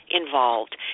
involved